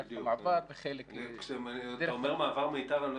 דרך המעבר --- כשאתה אומר "מעבר מיתר" אני לא